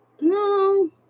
No